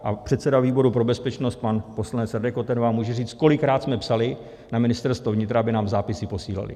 A předseda výboru pro bezpečnost, pan poslanec Radek Koten, vám může říct, kolikrát jsme psali na Ministerstvo vnitra, aby nám zápisy posílali.